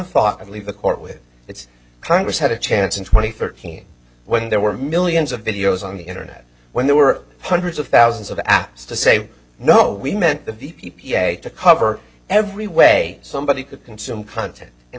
thought i believe the court with its congress had a chance in twenty thirteen when there were millions of videos on the internet when there were hundreds of thousands of apps to say no we meant the v p ph to cover every way somebody could consume content and